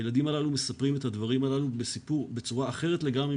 הילדים האלו מספרים את הדברים הללו בצורה אחרת לגמרי